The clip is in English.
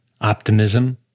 optimism